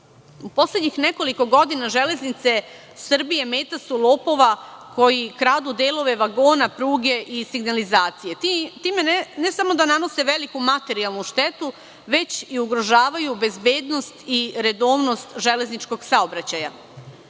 poslednjih nekoliko godina „Železnice Srbije“ meta su lopova koji kradu delove vagona, pruge i signalizacije. Time ne samo da nanose veliku materijalnu štetu, već i ugrožavaju bezbednost i redovnost železničkog saobraćaja. Meta